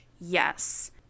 Yes